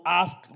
ask